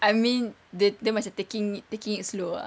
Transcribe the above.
I mean they they macam taking it taking it slow ah